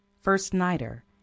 first-nighter